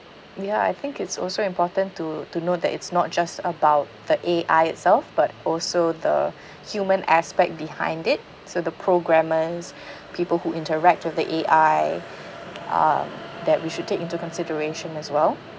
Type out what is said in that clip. ya I think it's also important to to know that it's not just about the A_I itself but also the human aspect behind it so the programmers people who interact with the A_I um that we should take into consideration as well